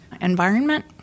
environment